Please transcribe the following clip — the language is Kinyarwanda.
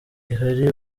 ihari